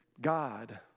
God